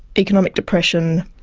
economic depression,